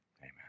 Amen